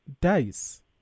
dice